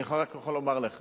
אני יכול לומר לך